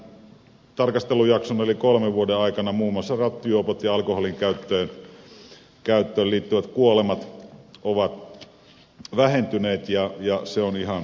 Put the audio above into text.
tämän tarkastelujakson eli kolmen vuoden aikana muun muassa rattijuopot ja alkoholinkäyttöön liittyvät kuolemat ovat vähentyneet ja se on ihan erinomaisen hyvä asia